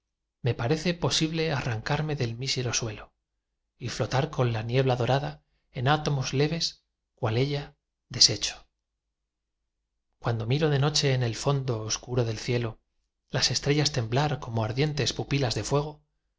me parece posible arrancarme del mísero suelo y flotar con la niebla dorada en átomos leves cual ella deshecho cuando miro de noche en el fondo oscuro del cielo las estrellas temblar como ardientes pupilas de fuego